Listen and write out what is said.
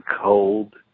cold